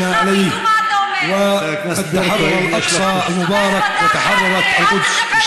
ישוחרר אל-אקצא המבורך ותשוחרר ירושלים